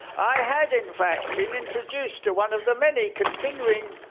i had, in fact, been introduced to one of the many continuing